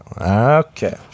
Okay